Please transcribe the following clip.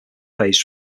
phase